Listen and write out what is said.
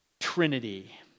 trinity